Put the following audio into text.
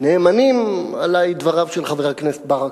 נאמנים עלי דבריו של חבר הכנסת ברכה.